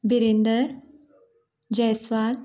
Birender Jaiswal